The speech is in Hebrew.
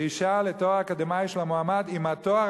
"דרישה לתואר אקדמי של המועמד אם התואר